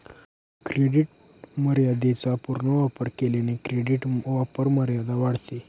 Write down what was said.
credit मर्यादेचा पूर्ण वापर केल्याने क्रेडिट वापरमर्यादा वाढते